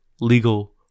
legal